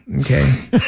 okay